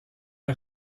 est